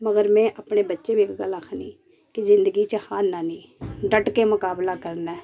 मगर में अपने बच्चें गी एह् गल्ल आखनी कि जिंदगी च हारना नी डट के मकाबला करना ऐ